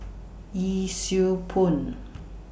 Yee Siew Pun